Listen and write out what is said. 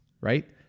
right